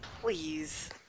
Please